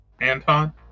Anton